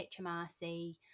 HMRC